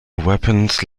wappens